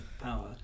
power